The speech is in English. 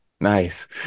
Nice